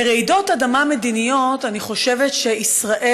לרעידות אדמה מדיניות אני חושבת שישראל